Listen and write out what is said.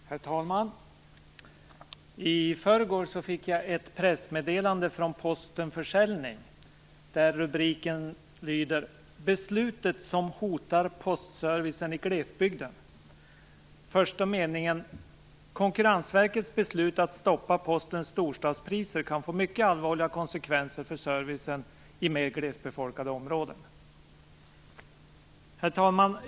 Herr talman! I förrgår fick jag ett pressmeddelande från Posten försäljning där rubriken lyder: Beslutet som hotar postservicen i glesbygden. Första meningen: Konkurrensverkets beslut att stoppa Postens storstadspriser kan få mycket allvarliga konsekvenser för servicen i mer glesbefolkade områden. Herr talman!